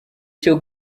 cyo